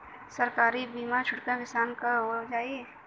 सरकारी बीमा छोटकन किसान क हो जाई?